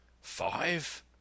Five